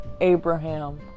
Abraham